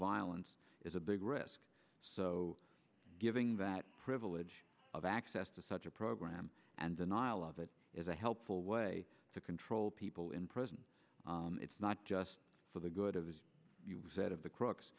violence is a big risk so giving that privilege of access to such a program and denial of it is a helpful way to control people in prison it's not just for the good of you said of the cr